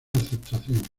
aceptación